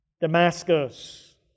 Damascus